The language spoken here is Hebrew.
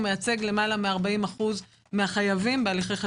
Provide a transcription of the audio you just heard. הוא מייצג למעלה מ-40% מהחייבים בהליכי חקיקה.